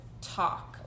talk